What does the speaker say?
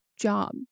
job